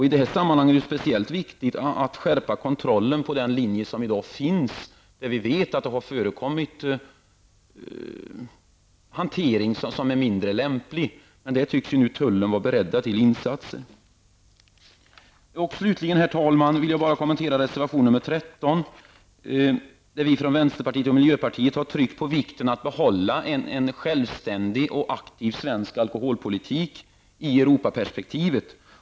I det sammanhanget är det särskilt viktigt att skärpa kontrollen på den linje som i dag finns, där vi vet att det har förekommit hantering som är mindre lämplig. Tullen tycks här vara beredd till insatser. Herr talman! Jag vill också kommentera reservation nr 13 där vi från vänsterpartiet och miljöpartiet har tryckt på vikten av att behålla en självständig och aktiv svensk alkoholpolitik i Europaperspektivet.